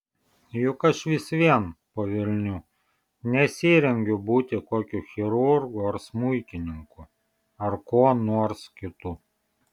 juk aš vis vien po velnių nesirengiu būti kokiu chirurgu ar smuikininku ar kuo nors kitu